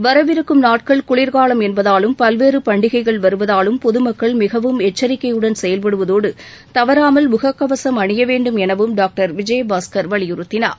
வரவிருக்கும் நாட்கள் குளிர்காலம் என்பதாலும் பல்வேறு பண்டிகைகள் வருவதாலும் பொதுமக்கள் மிகவும் எச்சரிக்கையுடன் செயல்படுவதோடு தவறாமல் முகக்கவசம் அணிய வேண்டும் எனவும் டாக்டர் விஜயபாஸ்கர் வலியுறுத்தினார்